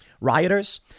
rioters